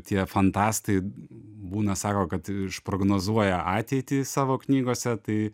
tie fantastai būna sako kad išprognozuoja ateitį savo knygose tai